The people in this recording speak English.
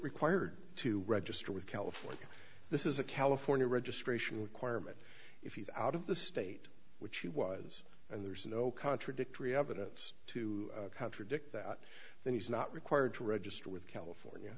required to register with california this is a california registration requirement if he's out of the state which he was and there's no contradictory evidence to contradict that then he's not required to register with california